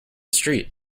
street